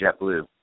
JetBlue